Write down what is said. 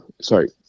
sorry